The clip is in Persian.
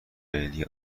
فعلی